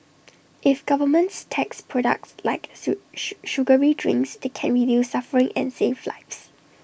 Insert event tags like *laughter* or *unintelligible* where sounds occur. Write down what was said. if governments tax products like sue *unintelligible* sugary drinks they can reduce suffering and save lives